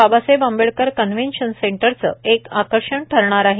Babasaheb Ambedkar convention सेंटरचे एक आकर्षण ठरणार आहे